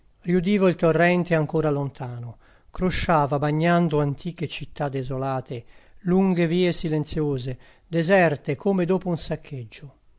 riudivo il torrente ancora lontano crosciava bagnando antiche città desolate lunghe vie silenziose deserte come dopo un saccheggio